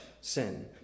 sin